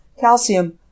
calcium